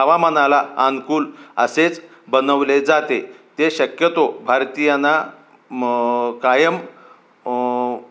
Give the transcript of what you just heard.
हवामानाला अनुकूल असेच बनवले जाते ते शक्यतो भारतीयांना मग कायम